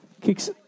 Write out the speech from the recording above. Kicks